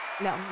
No